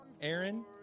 Aaron